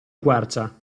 quercia